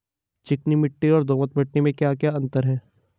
चिकनी मिट्टी और दोमट मिट्टी में क्या क्या अंतर है?